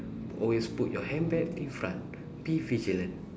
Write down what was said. always put your handbag in front be vigilant